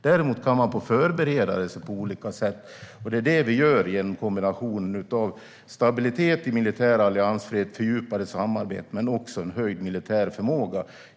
Däremot kan man förbereda sig på olika sätt. Det är det vi gör genom kombinationen av stabilitet i militär alliansfrihet, fördjupade samarbeten och en höjd militär förmåga.